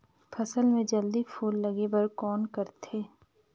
फसल मे जल्दी फूल लगे बर कौन करथे?